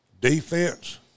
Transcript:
defense